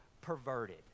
perverted